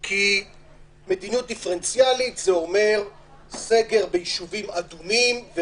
כי מדיניות דיפרנציאלית פירושה סגר ביישובים אדומים.